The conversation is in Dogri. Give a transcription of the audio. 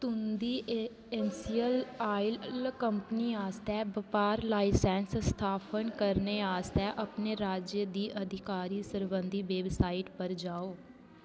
तुं'दी एसेंशियल ऑयल कंपनी आस्तै बपार लाईसैंस्स स्थापत करने आस्तै अपने राज्य दी अधिकारी सरबंधी वैबसाइट पर जाओ